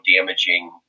damaging